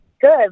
good